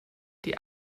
die